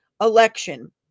election